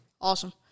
awesome